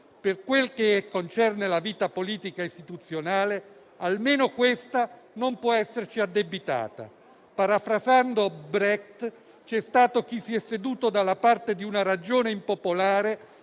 per quel che concerne la vita politica e istituzionale, almeno questa non può esserci addebitata. Parafrasando Bertolt Brecht, c'è stato chi si è seduto dalla parte di una ragione impopolare